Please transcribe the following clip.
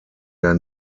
der